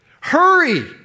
Hurry